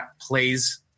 plays